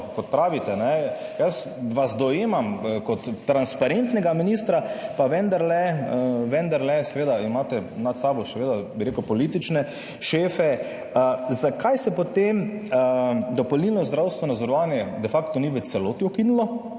jaz vas dojemam kot transparentnega ministra, pa vendarle imate nad sabo še vedno politične šefe – zakaj se potem dopolnilno zdravstveno zavarovanje de facto ni v celoti ukinilo?